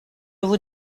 vous